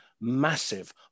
massive